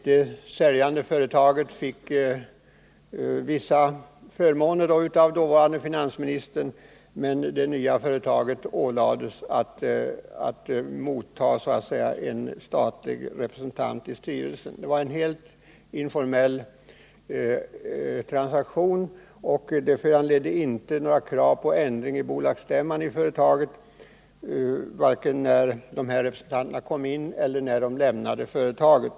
Det säljande företaget fick vissa förmåner av den dåvarande finansministern mot att staten fick representanter i styrelsen. Det var en helt informell transaktion, och den föranledde inte några krav på ändring vid bolagsstämman vare sig när representanterna kom in eller när de lämnade företaget.